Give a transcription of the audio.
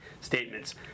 statements